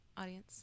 audience